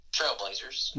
Trailblazers